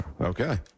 Okay